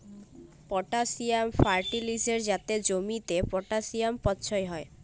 potassium ফার্টিলিসের যাতে জমিতে পটাসিয়াম পচ্ছয় হ্যয়